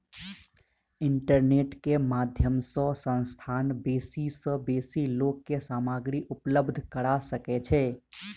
internet के माध्यम सॅ संस्थान बेसी सॅ बेसी लोक के सामग्री उपलब्ध करा सकै छै